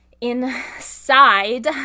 inside